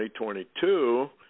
2022